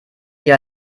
die